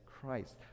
Christ